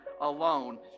alone